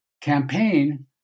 campaign